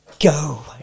Go